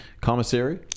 commissary